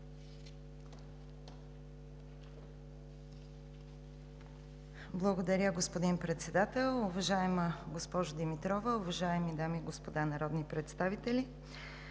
Уважаеми господин Председател, уважаема госпожо Министър, уважаеми дами и господа народни представители!